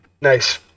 Nice